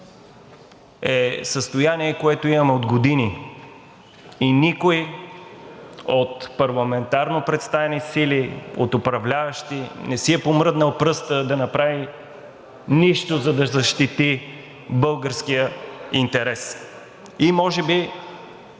е състояние, което имаме от години, и никой от парламентарно представените сили, от управляващите не си е помръднал пръста да направи нещо, за да защити българския интерес. И може би,